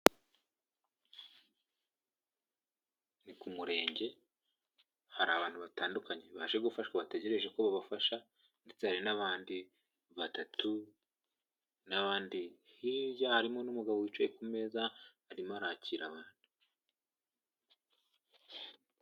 Ni ku murenge hari abantu batandukanye baje gufashwa bategereje ko babafasha ndetse hari n'abandi batatu n'abandi hirya harimo n'umugabo wicaye ku meza arimo arakira abantu.